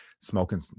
smoking